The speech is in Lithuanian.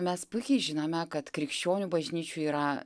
mes puikiai žinome kad krikščionių bažnyčių yra